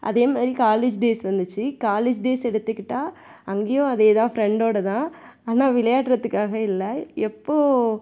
அதேமாதிரி college days வந்துச்சு college days எடுத்துக்கிட்டால் அங்கேயும் அதே தான் ஃப்ரெண்டோடு தான் ஆனால் விளையாடறதுக்காக இல்லை எப்போது